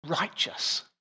Righteous